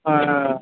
ಹಾಂ ಹಾಂ